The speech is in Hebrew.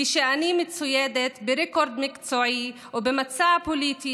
כשאני מצוידת ברקורד מקצועי ובמצע פוליטי